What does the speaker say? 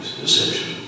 deception